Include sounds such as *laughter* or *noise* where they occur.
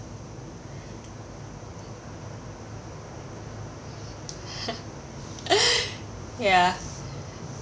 *laughs* ya